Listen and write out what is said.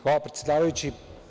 Hvala, predsedavajući.